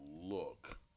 look